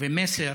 ומסר